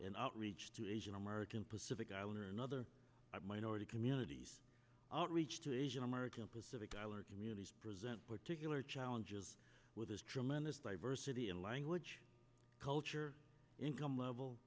an outreach to asian american pacific islander another minority communities outreach to asian american pacific islander communities present particular challenges with this tremendous diversity in language culture income level